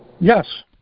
Yes